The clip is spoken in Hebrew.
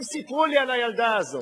הם סיפרו לי על הילדה הזאת,